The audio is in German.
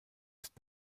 ist